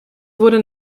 wurde